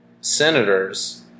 Senators